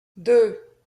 deux